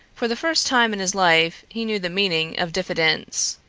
for the first time in his life he knew the meaning of diffidence.